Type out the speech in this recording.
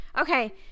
Okay